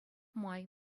май